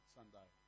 Sunday